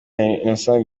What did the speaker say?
innocent